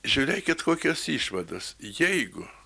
žiūrėkit kokios išvados jeigu